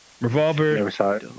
Revolver